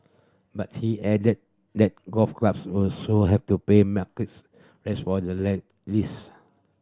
but he added that golf clubs would so have to pay markets rates for the lease